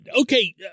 Okay